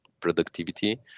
productivity